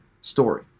story